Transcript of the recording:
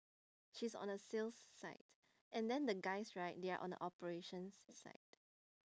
she's on the sales side and then the guys right they are on the operations side